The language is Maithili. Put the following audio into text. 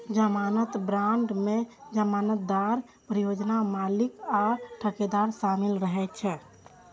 जमानत बांड मे जमानतदार, परियोजना मालिक आ ठेकेदार शामिल रहै छै